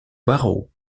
barreau